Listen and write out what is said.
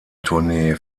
tournee